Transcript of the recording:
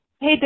Hey